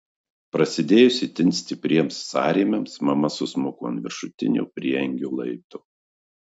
prasidėjus itin stipriems sąrėmiams mama susmuko ant viršutinio prieangio laipto